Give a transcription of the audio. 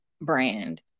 brand